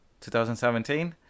2017